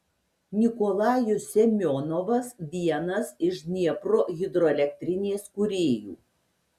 nikolajus semionovas vienas iš dniepro hidroelektrinės kūrėjų